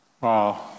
wow